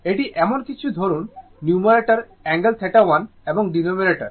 এটি এমন কিছু ধরুন নিউমারেটর অ্যাঙ্গেল 1 এবং ডেনোমিনেটর